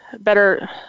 better